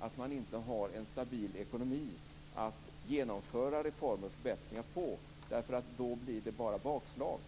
att inte ha en stabil ekonomi att genomföra reformer och förbättringar utifrån, därför att då blir det bara bakslag.